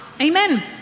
amen